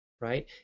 Right